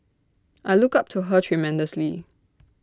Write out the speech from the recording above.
I look up to her tremendously